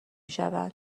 شوند